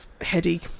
heady